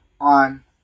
on